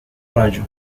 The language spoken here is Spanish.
rayo